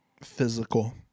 Physical